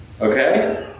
Okay